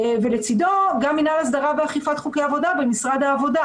ולצדו גם מינהל הסדרה ואכיפת חוקי עבודה במשרד העבודה: